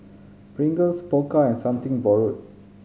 Pringles Pokka and Something Borrowed